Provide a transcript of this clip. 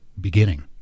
beginning